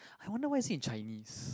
I wonder why say in Chinese